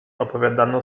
odpowiadano